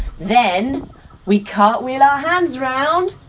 then we cartwheel our hands round.